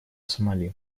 сомали